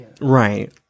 Right